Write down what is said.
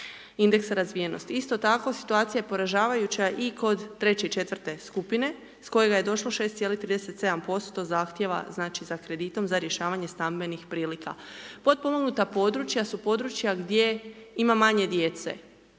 indeksa razvijenosti. Isto tako situacija je poražavajuća i kod treće i četvrte skupine s kojega je došlo 6,37% zahtjeva znači za kreditom za rješavanje stambenih prilika. Potpomognuta područja su područja gdje ima manje djece,